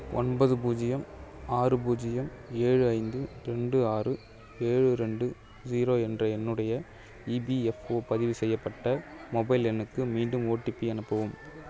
ஒன்பது பூஜ்ஜியம் ஆறு பூஜ்ஜியம் ஏழு ஐந்து ரெண்டு ஆறு ஏழு ரெண்டு ஜீரோ என்ற என்னுடைய இபிஎஃப்ஓ பதிவு செய்யப்பட்ட மொபைல் எண்ணுக்கு மீண்டும் ஓடிபி அனுப்பவும்